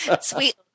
sweet